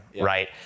right